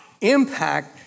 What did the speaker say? impact